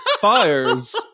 fires